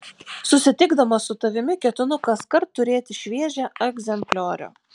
susitikdamas su tavimi ketinu kaskart turėti šviežią egzempliorių